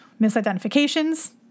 misidentifications